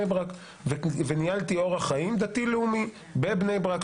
ברק וניהלתי אורח חיים דתי-לאומי בבני ברק,